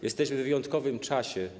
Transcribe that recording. Jesteśmy w wyjątkowym czasie.